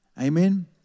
Amen